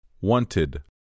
Wanted